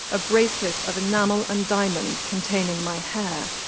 a bracelet of enamel and diamonds, containing my hair.